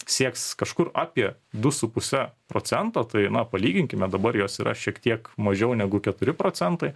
sieks kažkur apie du su puse procento tai na palyginkime dabar jos yra šiek tiek mažiau negu keturi procentai